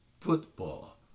football